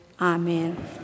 Amen